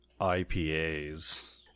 IPAs